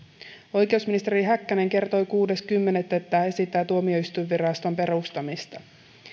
oikeusministeri häkkänen kertoi kuudes kymmenettä että esittää tuomioistuinviraston perustamista